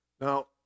Now